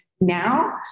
now